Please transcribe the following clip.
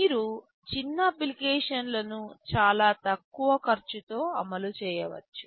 మీరు చిన్న అప్లికేషన్లను చాలా తక్కువ ఖర్చుతో అమలు చేయవచ్చు